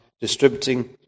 distributing